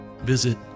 visit